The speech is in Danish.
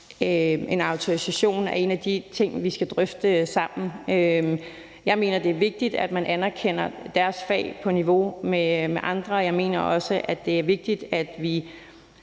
en autorisation er en af de ting, vi skal drøfte sammen. Jeg mener, det er vigtigt, at man anerkender deres fag på niveau med andre, og jeg mener også, det er vigtigt, at vi